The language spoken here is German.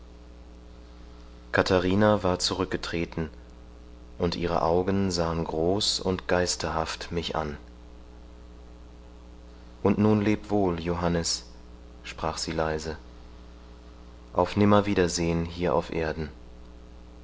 katharina war zurückgetreten und ihre augen sahen groß und geisterhaft mich an und nun leb wohl johannes sprach sie leise auf nimmerwiedersehen hier auf erden